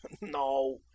no